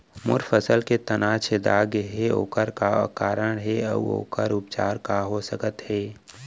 मोर फसल के तना छेदा गेहे ओखर का कारण हे अऊ ओखर उपचार का हो सकत हे?